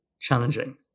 challenging